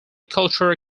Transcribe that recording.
cultural